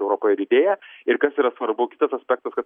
europoje didėja ir kas yra svarbu kitas aspektas kad